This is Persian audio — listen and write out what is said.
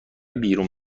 بیرون